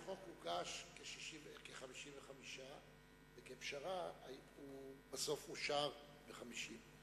החוק הוגש כ-55, וכפשרה הוא בסוף אושר ב-50.